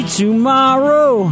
tomorrow